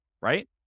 right